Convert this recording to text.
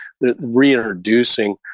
reintroducing